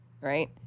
right